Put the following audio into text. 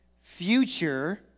future